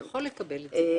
הוא יכול לקבל את זה.